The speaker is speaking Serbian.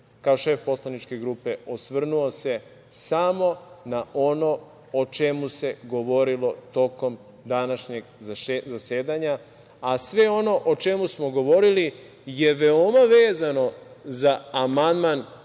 kao šef poslaničke grupe osvrnuo se samo na ono o čemu se govorilo tokom današnjeg zasedanja, a sve ono o čemu smo govorili je veoma vezano za amandman